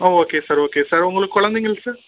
ஓ okay sir okay sir உங்களுக்கு குழந்தைங்கள் sir